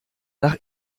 nach